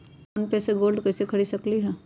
Phone पे से gold कईसे खरीद सकीले?